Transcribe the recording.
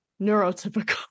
neurotypical